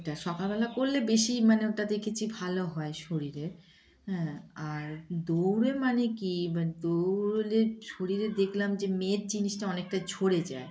ওটা সকালবেলা করলে বেশি মানে ওটা দেখেছি ভালো হয় শরীরে হ্যাঁ আর দৌড়ে মানে কি দৌড়লে শরীরে দেখলাম যে মেদ জিনিসটা অনেকটা ঝরে যায়